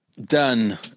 done